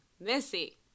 Missy